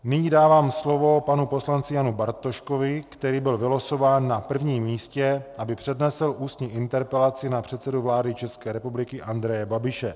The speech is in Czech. Nyní dávám slovo panu poslanci Janu Bartoškovi, který byl vylosován na prvním místě, aby přednesl ústní interpelaci na předsedu vlády České republiky Andreje Babiše.